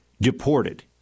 deported